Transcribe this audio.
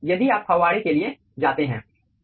यदि आप फव्वारे के लिए जाते हैं